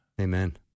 Amen